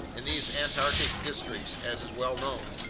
in these antarctic districts, as is well known,